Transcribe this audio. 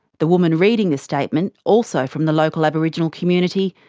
the woman reading this statement, also from the local aboriginal community,